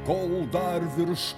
kol dar virš